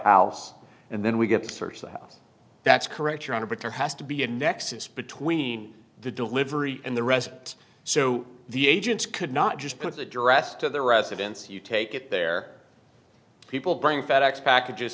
house and then we get searched that's correct your honor but there has to be a nexus between the delivery and the rest so the agents could not just put the dress to the residence you take it there people bring fedex packages